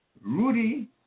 Rudy